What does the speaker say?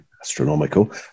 astronomical